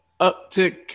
uptick